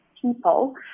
people